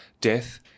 death